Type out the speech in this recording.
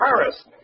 Paris